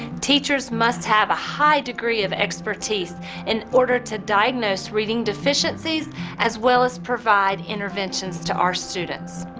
teachers must have a high degree of expertise in order to diagnose reading deficiencies as well as provide interventions to our students.